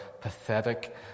pathetic